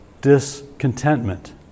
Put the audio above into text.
discontentment